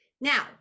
Now